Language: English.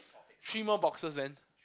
three more boxes then